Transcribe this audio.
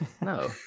No